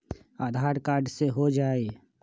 आधार card से हो जाइ?